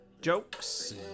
jokes